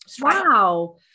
Wow